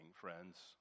friends